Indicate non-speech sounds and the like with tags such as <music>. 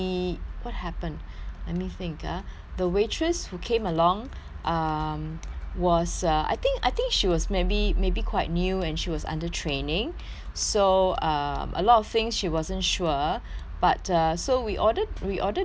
<breath> let me think ah <breath> the waitress who came along <breath> um was uh I think I think she was maybe maybe quite new and she was under training <breath> so um a lot of things she wasn't sure <breath> but uh so we ordered we order the di~ uh side